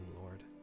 lord